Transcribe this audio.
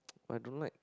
I don't like